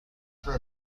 for